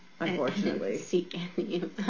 unfortunately